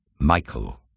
Michael